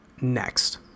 Next